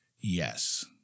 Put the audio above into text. Yes